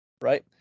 Right